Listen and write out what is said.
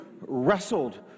wrestled